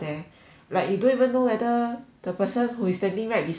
like you don't even know whether the person who is standing right beside you